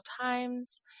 times